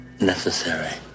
Necessary